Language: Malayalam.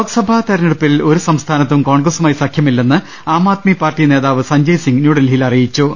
ലോക്സഭാ തിരഞ്ഞെടുപ്പിൽ ഒരു സംസ്ഥാനത്തും കോൺഗ്രസുമായി സഖ്യമില്ലെന്ന് ആം ആദ്മി പാർട്ടി നേതാവ് സഞ്ജയ് സിങ് ന്യൂഡൽഹി യിൽ അറിയിച്ചു